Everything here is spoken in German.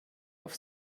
auf